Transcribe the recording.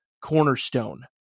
Cornerstone